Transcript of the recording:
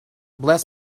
bless